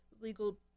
legal